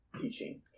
teaching